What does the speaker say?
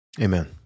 Amen